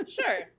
Sure